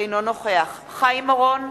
אינו נוכח חיים אורון,